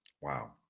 Wow